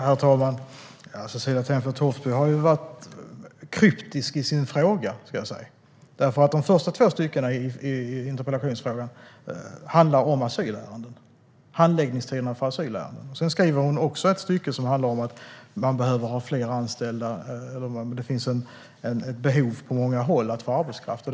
Herr talman! Cecilie Tenfjord-Toftby har varit kryptisk i sin fråga. De första två styckena i interpellationen handlar om handläggningstiderna för asylärenden. Sedan skriver hon också ett stycke som handlar om att man behöver ha fler anställda och att det finns ett behov av arbetskraft på många håll.